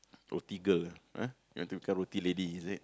roti girl ah you want to be roti lady is it